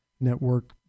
network